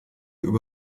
über